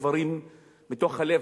דברים מתוך הלב,